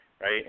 right